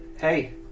hey